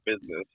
business